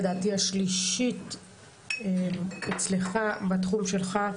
לדעתי השלישית בתחום שלך,